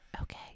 Okay